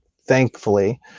thankfully